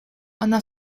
она